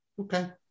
okay